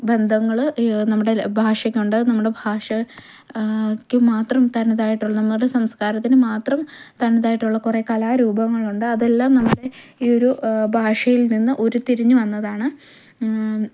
ബന്ധങ്ങള് ഈ നമ്മുടെ ഭാഷയ്ക്കുണ്ട് നമ്മുടെ ഭാഷ യ്ക്ക് മാത്രം തനതായിട്ട് ഉള്ള നമ്മുടെ സംസ്കാരത്തിന് മാത്രം തനതായിട്ട് ഉള്ള കുറെ കലാരൂപങ്ങൾ ഉണ്ട് അതെല്ലാം നമ്മുടെ ഈ ഒര് ഭാഷയില് നിന്ന് ഉരിത്തിരിഞ്ഞ് വന്നതാണ്